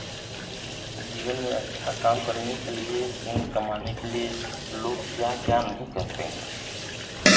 जीवन में अच्छा काम करने के लिए पुण्य कमाने के लिए लोग क्या क्या नहीं करते हैं